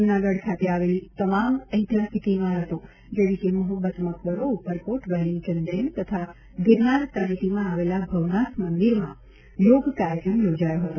જૂનાગઢ ખાતે આવેલી તમામ ઐતિહાસિક ઇમારત જેવી કે મહોબત મકબરો ઉપરકોટ વેલિંગડન ડેમ તથા ગિરનાર તળેટીમાં આવેલા ભવનાથ મંદિરમાં યોગ કાર્યક્રમ યોજાયો હતો